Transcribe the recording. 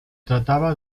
trataba